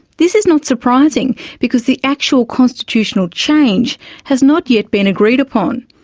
this is not surprising because the actual constitutional change has not yet been agreed upon.